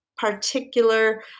particular